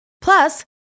plus